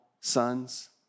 sons